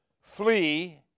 Flee